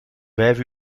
vijf